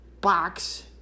box